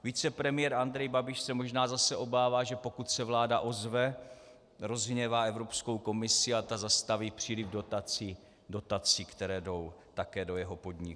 Vicepremiér Andrej Babiš se možná zase obává, že pokud se vláda ozve, rozhněvá Evropskou komisi a ta zastaví příliv dotací, které jdou také do jeho podniku.